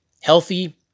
healthy